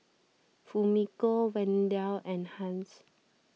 Fumiko Wendell and Hans